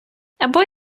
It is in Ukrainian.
або